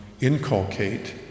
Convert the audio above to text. inculcate